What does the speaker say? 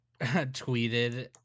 tweeted